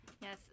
yes